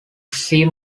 sea